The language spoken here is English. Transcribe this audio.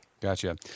Gotcha